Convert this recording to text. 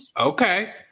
okay